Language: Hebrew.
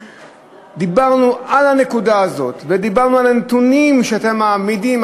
דיברנו על הנקודה הזאת ודיברנו על הנתונים שאתם מעמידים,